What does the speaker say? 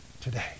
today